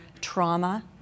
trauma